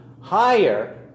higher